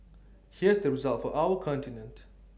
here's the result for our continent